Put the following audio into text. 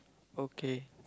okay